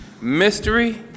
mystery